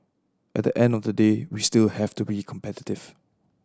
at the end of the day we still have to be competitive